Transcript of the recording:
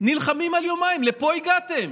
נלחמים על יומיים לפה הגעתם?